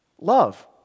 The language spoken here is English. Love